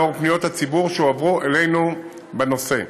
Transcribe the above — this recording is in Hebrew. לנוכח פניות הציבור שהועברו אלינו בנושא.